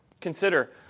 Consider